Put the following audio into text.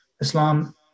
Islam